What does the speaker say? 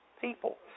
people